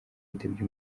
yitabye